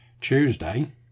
Tuesday